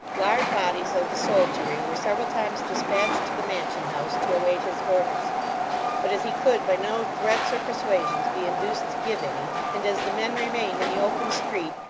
large bodies of the soldiery were several times despatched to the mansion house to await his orders but as he could, by no threats or persuasions, be induced to give any, and as the men remained in the open street,